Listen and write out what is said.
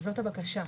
זו הבקשה.